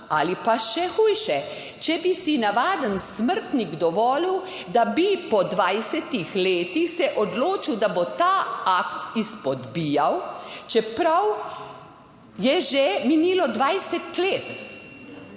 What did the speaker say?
ali pa še hujše, če bi si navaden smrtnik dovolil, da bi po 20 letih se odločil, da bo ta akt izpodbijal, čeprav je že minilo 20 let